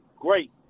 great